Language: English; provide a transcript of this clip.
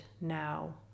now